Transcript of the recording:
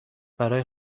برای